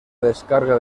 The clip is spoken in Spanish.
descarga